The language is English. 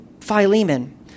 Philemon